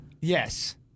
yes